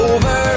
Over